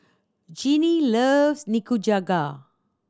Jeanne loves Nikujaga